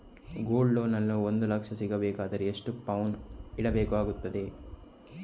Gold loan ನಲ್ಲಿ ಒಂದು ಲಕ್ಷ ಸಿಗಬೇಕಾದರೆ ಎಷ್ಟು ಪೌನು ಇಡಬೇಕಾಗುತ್ತದೆ?